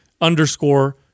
underscore